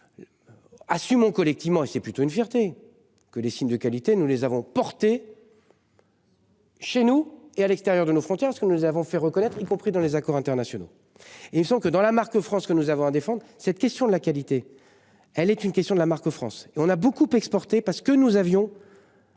Assumons collectivement et c'est plutôt une fierté que les signes de qualité, nous les avons portée. Chez nous. Et à l'extérieur de nos frontières, parce que nous avons fait reconnaître y compris dans les accords internationaux et ils sont que dans la marque France que nous avons à défendre cette question de la qualité, elle est une question de la marque France et on a beaucoup exporté parce que nous avions.